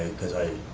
because i